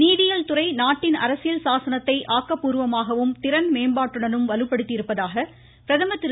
நீதியியல் துறை நாட்டின் அரசியல் சாசனத்தை ஆக்கப்பூர்வமாகவும் திறன் மேம்பாட்டுடனும் வலுப்படுத்தியிருப்பதாக பிரதமர் திரு